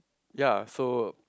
ya so